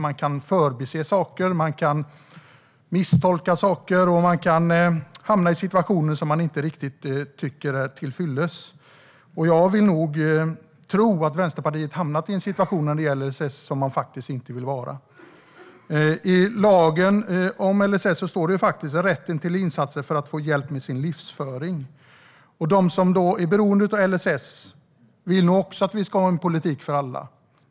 De kan förbise saker, misstolka saker och hamna i situationer som de inte riktigt tycker är till fyllest. Jag vill nog tro att Vänsterpartiet har hamnat i en situation när det gäller LSS där det faktiskt inte vill vara. I LSS står det om rätten till insatser för att få hjälp med sin livsföring. De som är beroende av LSS vill nog också att vi ska ha en politik för alla.